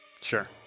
Sure